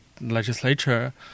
legislature